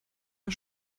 der